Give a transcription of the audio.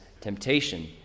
temptation